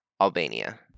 albania